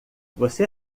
você